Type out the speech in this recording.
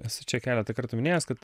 esu čia keletą kartų minėjęs kad